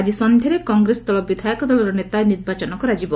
ଆକି ସନ୍ଧ୍ୟାରେ କଂଗ୍ରେସ ଦଳ ବିଧାୟକ ଦଳର ନେତା ନିର୍ବାଚନ କରାଯିବ